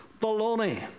Baloney